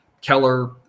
Keller